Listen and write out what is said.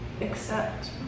accept